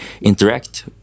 interact